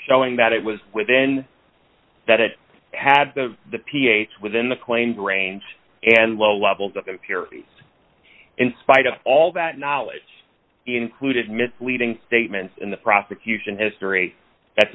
showing that it was within that it had the the ph within the claimed range and low levels of impurities in spite of all that knowledge included misleading statements in the prosecution history that